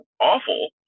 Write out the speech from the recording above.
awful